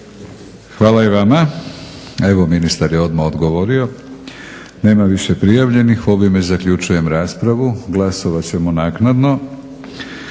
Hvala i vama. Evo ministar je odmah odgovorio. Nema više prijavljenih. Ovime zaključujem raspravu. Glasovat ćemo naknadno.